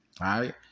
right